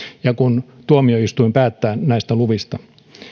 ja kun tuomioistuin päättää näistä luvista